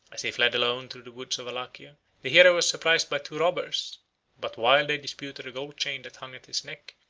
as he fled alone through the woods of walachia, the hero was surprised by two robbers but while they disputed a gold chain that hung at his neck,